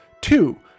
Two